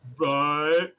Right